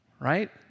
Right